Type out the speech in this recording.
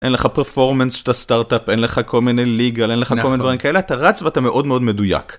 אין לך פרפורמנס שאתה סטארט-אפ, אין לך כל מיני ליגל, אין לך כל מיני דברים כאלה, אתה רץ ואתה מאוד מאוד מדויק.